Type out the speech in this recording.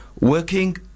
Working